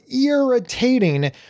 irritating